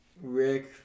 Rick